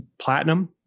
platinum